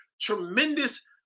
tremendous